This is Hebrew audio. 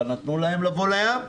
אבל נתנו להם לבוא לים.